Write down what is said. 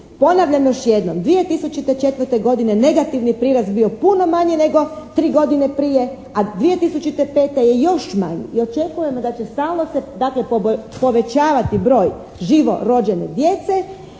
ponavljam još jednom 2004. godine negativni prirast bio puno manji nego tri godine prije, a 2005. je još manji i očekujemo da će stalno se dakle povećavati broj živorođene djece,